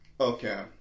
Okay